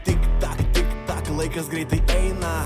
tik tak tik tak laikas greitai eina